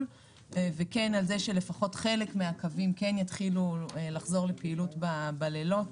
ואמרה שלפחות חלק מהקווים כן יתחילו לחזור לפעילות בלילות